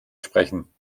sprechen